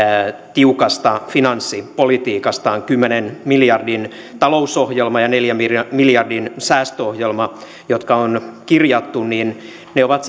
tiukasta finanssipolitiikastaan kymmenen miljardin talousohjelma ja neljän miljardin miljardin säästöohjelma jotka on kirjattu ovat